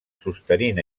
sostenint